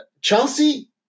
Chelsea